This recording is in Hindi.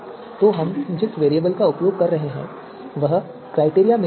तो हम जिस वेरिएबल का उपयोग कर रहे हैं वह क्राइटेरिया मिनमैक्स है